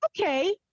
Okay